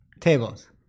Tables